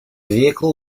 vehicle